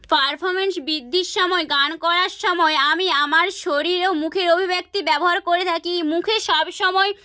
performance বৃদ্ধির সময় গান করার সময় আমি আমার শরীর ও মুখের অভিব্যক্তি ব্যবহার করে থাকি মুখে সব সময়